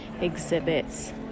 exhibits